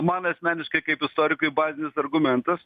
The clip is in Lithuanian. man asmeniškai kaip istorikui bazinis argumentas